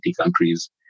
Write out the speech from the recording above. countries